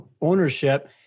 ownership